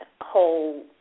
whole